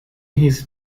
his